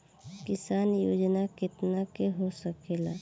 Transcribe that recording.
किसान योजना कितना के हो सकेला?